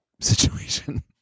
situation